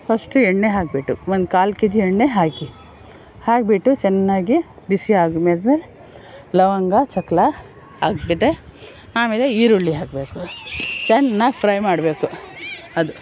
first ಎಣ್ಣೆ ಹಾಕಿಬಿಟ್ಟು ಒಂದು ಕಾಲು ಕೆ ಜಿ ಎಣ್ಣೆ ಹಾಕಿ ಹಾಕಿಬಿಟ್ಟು ಚೆನ್ನಾಗಿ ಬಿಸಿ ಆದಮೇಲೆ ಲವಂಗ ಚಕ್ಕೆ ಹಾಕಿಬಿಟ್ರೆ ಆಮೇಲೆ ಈರುಳ್ಳಿ ಹಾಕಬೇಕು ಚೆನ್ನಾಗಿ ಫ್ರೈ ಮಾಡಬೇಕು ಅದು